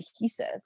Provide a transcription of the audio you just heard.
adhesive